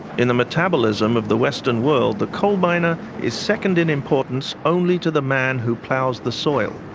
in the metabolism of the western world the coal-miner is second in importance only to the man who ploughs the soil.